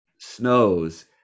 snows